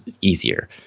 easier